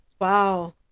Wow